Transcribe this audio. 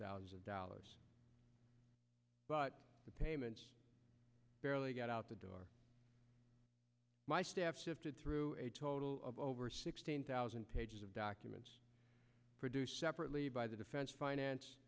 thousands of dollars but the payments barely get out the door my staff sifted through a total of over sixteen thousand pages of documents produced separately by the defense finance